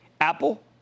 Apple